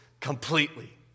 completely